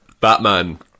Batman